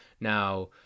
Now